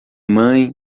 mãe